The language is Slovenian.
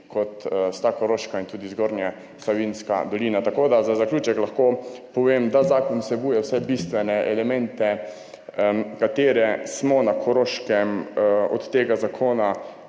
kot sta Koroška in tudi Zgornja Savinjska dolina. Za zaključek lahko povem, da zakon vsebuje vse bistvene elemente, ki smo jih na Koroškem od tega zakona